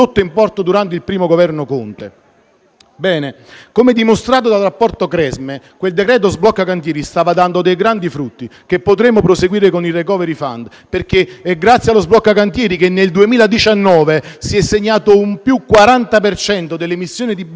primo Governo Conte. Come dimostrato dal rapporto Cresme, il decreto sblocca cantieri stava dando dei grandi frutti, che potremo continuare a cogliere con il *recovery fund*. È grazie al decreto sblocca cantieri, infatti, che nel 2019 si è segnato un più 40 per cento delle emissioni di bandi pubblici per